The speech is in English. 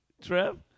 Trev